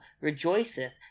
rejoiceth